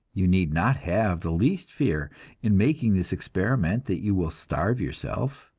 you need not have the least fear in making this experiment that you will starve yourself.